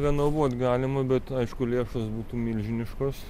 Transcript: renovuot galima bet aišku lėšos būtų milžiniškos